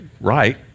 right